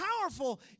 powerful